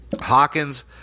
Hawkins